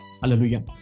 Hallelujah